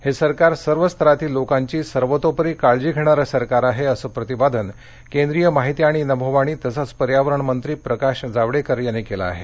हे सरकार सर्व स्तरातील लोकांची सर्वतोपरी काळजी घेणारं सरकार आहे असं प्रतिपादन केंद्रीय माहिती आणि नभोवाणी तसंच पर्यावरण मंत्री प्रकाश जावडेकर यांनी केलं आहे